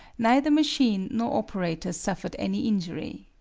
neither machine nor operator suffered any injury.